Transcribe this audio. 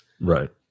right